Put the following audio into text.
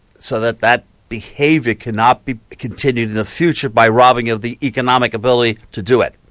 so that that behaviour cannot be continued in the future by robbing of the economic ability to do it.